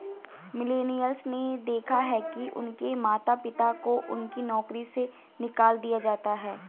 millennials ने देखा है कि उनके माता पिता को उनकी नौकरी से निकाल दिया जाता है